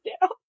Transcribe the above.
down